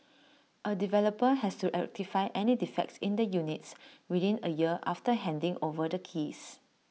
A developer has to rectify any defects in the units within A year after handing over the keys